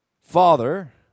Father